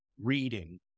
reading